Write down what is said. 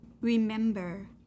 remember